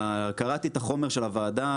קראתי את החומר של הוועדה,